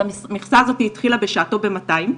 המכסה הזאת התחילה בשעתו ב-200 מקרים מאוד מורכבים,